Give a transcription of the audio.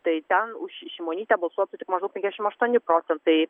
tai ten už šimonytę balsuotų tik maždaug penkiasdešim aštuoni procentai